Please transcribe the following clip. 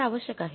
ते आवश्यक आहे